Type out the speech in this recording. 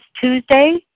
Tuesday